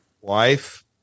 wife